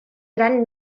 gran